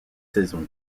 saisons